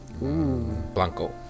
Blanco